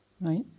right